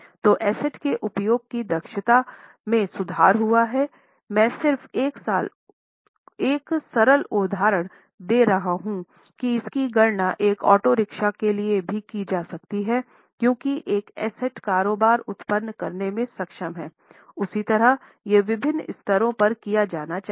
तो एसेट के उपयोग की दक्षता में सुधार हुआ है मैं सिर्फ एक सरल उदाहरण दे रहा हूं कि इसकी गणना एक ओटो रिक्शा के लिए भी की जा सकती है क्योंकि एक एसेट कारोबार उत्पन्न करने में सक्षम है उसी तरह यह विभिन्न स्तरों पर किया जाना चाहिए